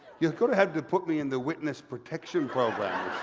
you're gonna have to put me in the witness protection program.